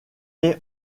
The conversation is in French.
est